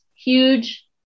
Huge